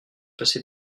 passé